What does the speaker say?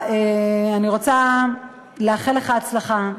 אני רוצה לאחל לך הצלחה,